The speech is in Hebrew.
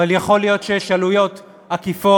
אבל יכול להיות שיש עלויות עקיפות,